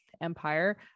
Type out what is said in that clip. empire